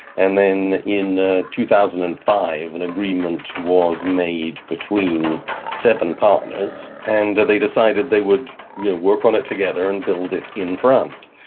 and then in ah two thousand and five an agreement was made between seven partners and they decided they would you know work on it together and build it in france.